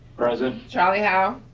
present. charlie howie?